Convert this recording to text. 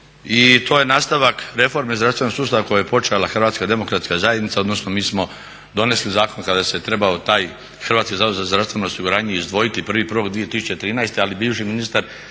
i to je nastavak reforme zdravstvenog sustav koju je počela Hrvatska demokratska zajednica odnosno mi smo donesli zakon kada se trebao taj HZZO izdvojiti 1.1.2013. ali bivši ministar